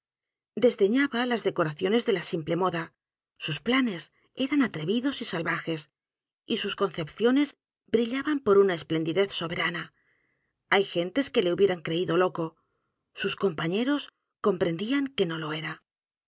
efectos desdeñábalas decoraciones d é l a simple moda sus planes eran atrevidos y salvajes y sus concepciones brillaban por una esplendidez soberana hay gentes que le hubieran creído loco sus compañeros comprendían que no lo era